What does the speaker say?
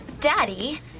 Daddy